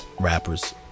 rappers